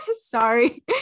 Sorry